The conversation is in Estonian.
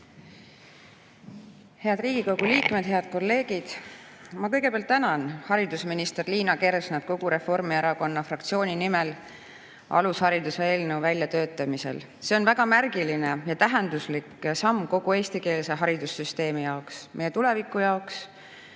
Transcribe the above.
Head Riigikogu liikmed! Head kolleegid! Ma kõigepealt tänan haridusminister Liina Kersnat kogu Reformierakonna fraktsiooni nimel alushariduse eelnõu väljatöötamise eest. See on väga märgiline ja tähenduslik samm kogu eestikeelse haridussüsteemi jaoks, meie tuleviku jaoks,